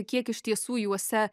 kiek iš tiesų juose